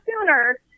sooner